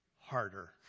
harder